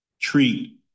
treat